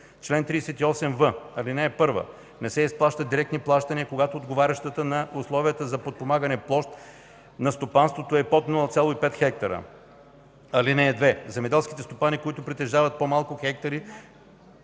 Чл. 38в. (1) Не се изплащат директни плащания, когато отговарящата на условията за подпомагане площ на стопанството е под 0,5 хектара. (2) Земеделските стопани, които притежават по-малко хектари